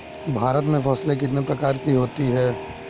भारत में फसलें कितने प्रकार की होती हैं?